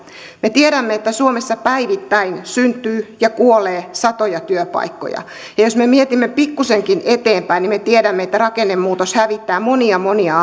me tiedämme että suomessa päivittäin syntyy ja kuolee satoja työpaikkoja ja jos me mietimme pikkuisenkin eteenpäin niin me tiedämme että rakennemuutos hävittää monia monia